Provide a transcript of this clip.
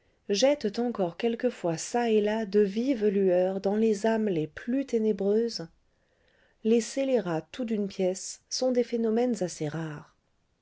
jettent encore quelquefois çà et là de vives lueurs dans les âmes les plus ténébreuses les scélérats tout d'une pièce sont des phénomènes assez rares